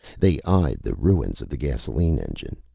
they eyed the ruins of the gasoline engine.